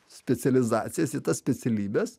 specializacijas į tas specialybes